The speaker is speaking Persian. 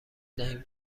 دهیم